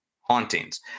hauntings